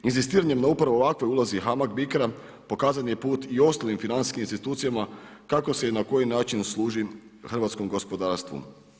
Inzistiranjem na upravo ovakvoj ulozi Hamag Bicra pokazan je put i ostalim financijskim institucijama kako se i na koji način služim hrvatskim gospodarstvom.